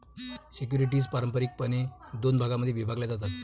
securities पारंपारिकपणे दोन भागांमध्ये विभागल्या जातात